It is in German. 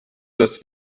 das